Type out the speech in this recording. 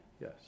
yes